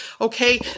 okay